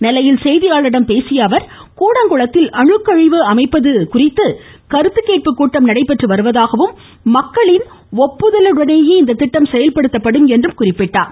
நெல்லையில் செய்தியாளர்களிடம் பேசிய அவர் கூடங்குளத்தில் அணுக்கழிவு மையம் அமைப்பது குறித்து கருத்து கேட்பு கூட்டம் நடைபெற்று வருவதாகவும் மக்களின் ஒப்புதலுடனேயே இத்திட்டம் செயல்படுத்தப்படும் என்றார்